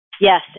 Yes